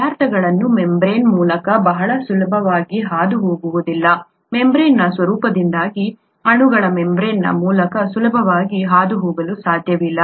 ಪದಾರ್ಥಗಳು ಮೆಂಬ್ರೇನ್ನ ಮೂಲಕ ಬಹಳ ಸುಲಭವಾಗಿ ಹಾದುಹೋಗುವುದಿಲ್ಲ ಮೆಂಬ್ರೇನ್ನ ಸ್ವರೂಪದಿಂದಾಗಿ ಅಣುಗಳು ಮೆಂಬ್ರೇನ್ನ ಮೂಲಕ ಸುಲಭವಾಗಿ ಹಾದುಹೋಗಲು ಸಾಧ್ಯವಿಲ್ಲ